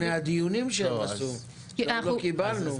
ולהביא את נתוני הדיונים שהם עשו, שלא קיבלנו.